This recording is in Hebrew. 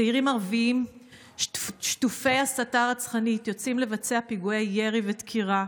צעירים ערבים שטופי הסתה רצחנית יוצאים לבצע פיגועי ירי ודקירה.